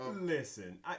Listen